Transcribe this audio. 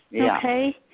okay